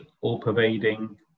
all-pervading